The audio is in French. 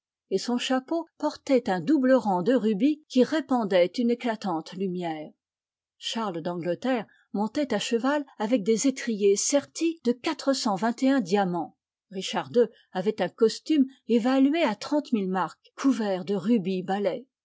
et son chapeau portait un double rang de rubis qui répandaient une éclatante lumière charles d'angleterre montait à cheval avec des étriers sertis de quatre cent vingt et un diamants richard ii avait un costume évalué à trente mille marks couvert de rubis balais